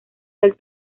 del